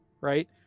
Right